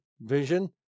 vision